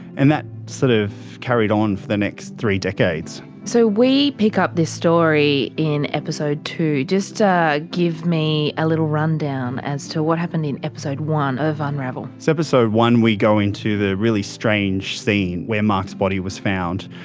and that sort of carried on for the next three decades. so we pick up this story in episode two. just ah give me a little rundown as to what happened in episode one of unravel. in so episode one we go into the really strange scene where mark's body was found.